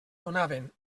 donaven